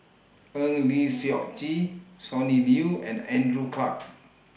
Eng Lee Seok Chee Sonny Liew and Andrew Clarke